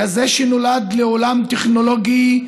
כזה שנולד לעולם טכנולוגי,